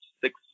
six